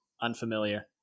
Unfamiliar